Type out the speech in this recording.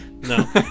no